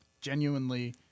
Genuinely